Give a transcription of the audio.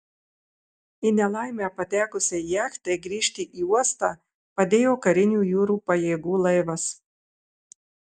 į nelaimę patekusiai jachtai grįžti į uostą padėjo karinių jūrų pajėgų laivas